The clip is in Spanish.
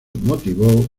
motivó